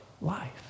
life